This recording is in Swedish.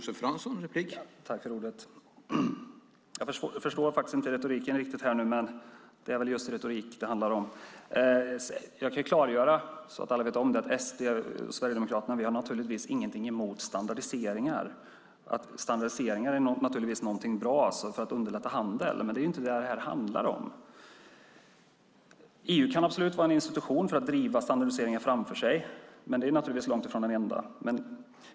Herr talman! Jag förstår inte riktigt retoriken här - det är väl just retorik det handlar om. Så att alla vet kan jag klargöra att vi i Sverigedemokraterna naturligtvis inte har något emot standardiseringar. Standardiseringar är givetvis någonting som är bra för att underlätta handel. Men det är inte vad detta handlar om. EU kan absolut vara en institution för att driva standardiseringar framför sig men är långt ifrån den enda.